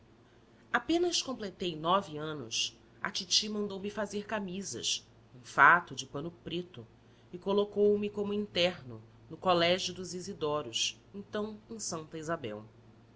apenas completei nove anos a titi mandou-me fazer camisas um fato de pano preto e colocoume como interno no colégio dos isidoros então em santa isabel